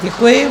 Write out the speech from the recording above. Děkuji.